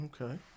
Okay